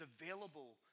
available